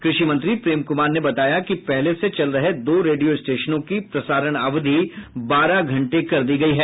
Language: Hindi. कृषि मंत्री प्रेम कुमार ने बताया कि पहले से चल रहे दो रेडियो स्टेशनों की प्रसारण अवधि बारह घंटे कर दी गयी है